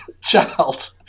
child